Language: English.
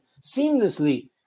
seamlessly